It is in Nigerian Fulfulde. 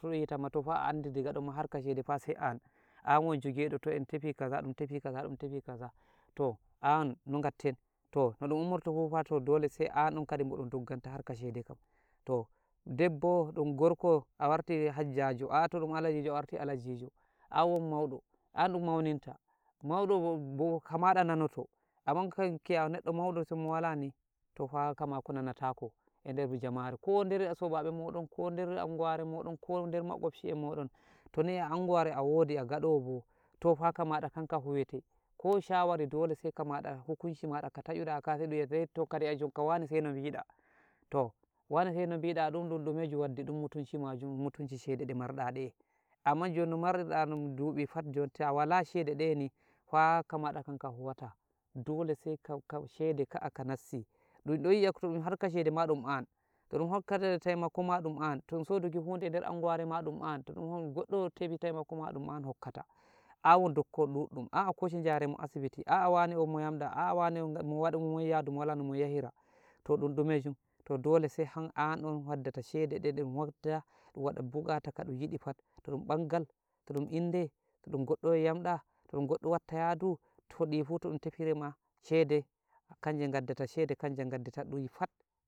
an dun yita ma to fa a'andi daga ɗon ma harka shede sai an, an won jogiɗo to en tefi kaza dun tefi kaza dun tefi kaza, to an no gatten, to no ummorto fu fa dole sai an ɗon kadinbo ɗun dogganta harka shede kam, to debbo ɗun gorko a warti hajjajo, a to ɗun allajijo a warti allajijo, an won mauɗo an ɗun mauninta, mauɗobo bo kamada nanoto, amman giya neɗɗo mauɗo to mo wala ni to fa ka mako nana tako eder jamare, ko der sobabe modon, ko der anguware moɗon, ko der makobci en moɗon, to ni e anguware a wodi a gadawo bo to fa kamaɗa hanka huwete, ko shawari dole sai kamaɗa, hukunci maɗa ka ta'yuda ka hei ɗun yi'a to kadi jonkan wane hei no biɗa, to wane hei no bida ɗun ɗun ɗume jon mutunci majum, mutunci shede marɗa de, amman jon no marirɗa duɓi fat jon ta wala shede de ni fa kamaɗa an kan huwata, dole sai ka shede ka'a kam ka nassi, ɗun ɗon yi'a to ɗun harka shede ma ɗun an, to ɗun hokkata temako ma dun an, to ɗun soduki hude der anguware ma ɗun an, to ɗun goɗɗo tefi temako ma ɗun an hokkata, an won dokkowo ɗuɗɗun, a'a koshe jaremo asibiti, a'a wane o mo yamɗa, a'a wane o mo won yaɗu mo wala no mo yahira, to ɗum ɗume jum, to dole sai anɗon waddata shede de ɗun wadda ɗun wada bukata ka ɗun yidi fat, to ɗun bangal, to ɗun inde, to ɗun goɗɗo won yamda, to ɗun goɗɗo watta yadu, to di fat to tefiri ma shede, kanje gaddata shede, kanje gaddata ɗume fat.